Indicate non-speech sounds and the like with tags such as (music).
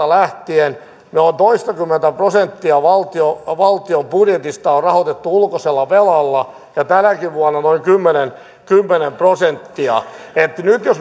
(unintelligible) lähtien me olemme toistakymmentä prosenttia valtion budjetista rahoittaneet ulkoisella velalla ja tänäkin vuonna noin kymmenen kymmenen prosenttia että nyt jos (unintelligible)